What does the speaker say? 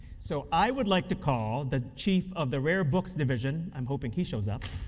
so, i would like to call the chief of the rare books division. i'm hoping he shows up.